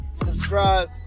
subscribe